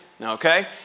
okay